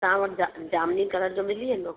तव्हां वटि जा जामुनी कलर जो मिली वेंदो